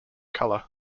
color